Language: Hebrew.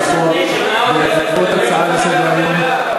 ברשות יושב-ראש הישיבה,